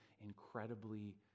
incredibly